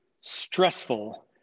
stressful